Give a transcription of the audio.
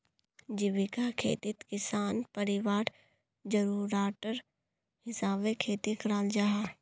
जीविका खेतित किसान परिवारर ज़रूराटर हिसाबे खेती कराल जाहा